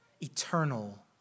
eternal